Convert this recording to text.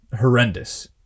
horrendous